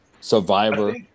Survivor